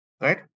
right